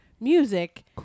Music